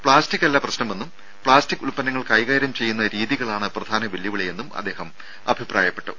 plastic അല്ല പ്രശ്നമെന്നും plastic ഉൽപ്പന്നങ്ങൾ കൈകാര്യം ചെയ്യുന്ന രീതികളാണ് പ്രധാന വെല്ലുവിളിയെന്നും അദ്ദേഹം അഭിപ്രായപ്പെട്ടു